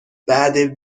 بعد